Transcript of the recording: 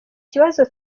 kibazo